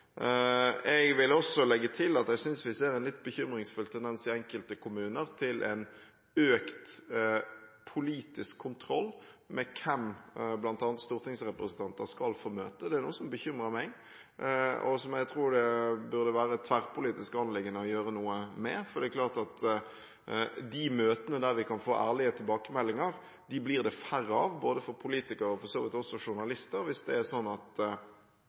Jeg vil også legge til at jeg synes vi ser en litt bekymringsfull tendens i enkelte kommuner til en økt politisk kontroll med hvem bl.a. stortingsrepresentanter skal få møte. Det er noe som bekymrer meg, og som jeg tror det burde være et tverrpolitisk anliggende å gjøre noe med. For det er klart at de møtene der vi kan få ærlige tilbakemeldinger, blir det færre av både for politikere og for så vidt også journalister hvis det er sånn at